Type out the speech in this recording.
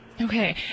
Okay